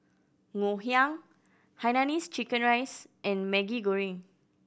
Ngoh Hiang hainanese chicken rice and Maggi Goreng